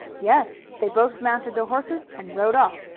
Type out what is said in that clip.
yes they both mounted their horses and rode off,